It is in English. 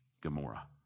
Gomorrah